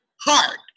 hard